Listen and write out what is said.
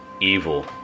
evil